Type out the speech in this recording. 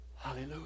Hallelujah